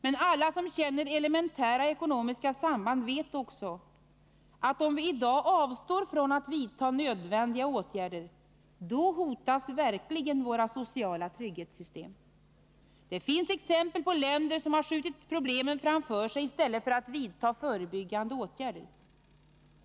Men alla som känner elementära ekonomiska samband vet också att om vi i dag avstår från att vidta nödvändiga åtgärder, då hotas verkligen våra sociala trygghetssystem. Det finns exempel på länder som har skjutit problemen framför sig i stället för att vidta förebyggande åtgärder.